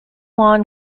juan